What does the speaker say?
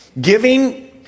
Giving